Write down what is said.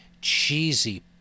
cheesy